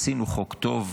עשינו חוק טוב,